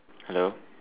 hello